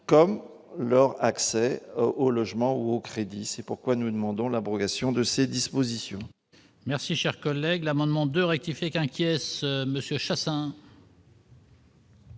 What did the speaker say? comme leur accès au logement ou aux crédits, c'est pourquoi nous demandons l'abrogation de cette disposition. Merci, cher collègue, l'amendement de rectifier qu'inquiète Monsieur